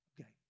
okay